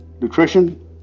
nutrition